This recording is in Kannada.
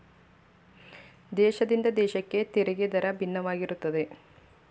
ದೇಶದಿಂದ ದೇಶಕ್ಕೆ ತೆರಿಗೆ ದರ ಭಿನ್ನವಾಗಿರುತ್ತದೆ